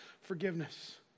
forgiveness